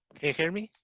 can you hear me?